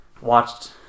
watched